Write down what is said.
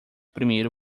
primeiro